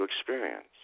experience